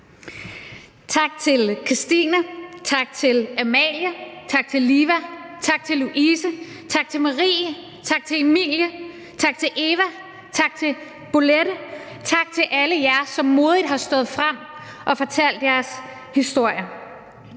Tak til Kristine, tak til Amalie, tak til Liva, tak til Louise, tak til Marie, tak til Emilie, tak til Eva, tak til Bolette, og tak til alle jer, som modigt har stået frem og fortalt jeres historier.